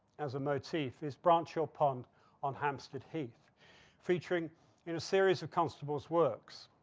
as a motif is branch hill pond on hampstead heath featuring you know series of constables works.